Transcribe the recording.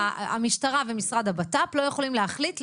המשטרה ומשרד הבט"פ לא יכולים להחליט לתגבר.